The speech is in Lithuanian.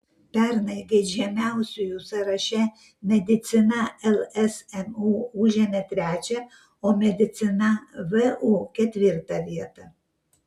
pernai geidžiamiausiųjų sąraše medicina lsmu užėmė trečią o medicina vu ketvirtą vietą